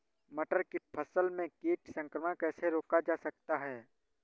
मटर की फसल में कीट संक्रमण कैसे रोका जा सकता है?